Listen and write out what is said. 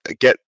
get